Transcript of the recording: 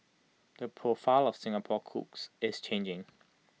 the profile of Singapore's cooks is changing